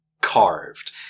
carved